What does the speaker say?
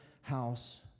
house